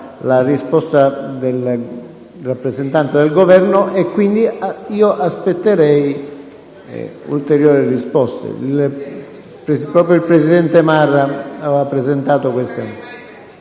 la risposta del rappresentante del Governo e, quindi, io aspetterei ulteriori risposte. Proprio il presidente Morra aveva presentato questa